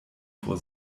vor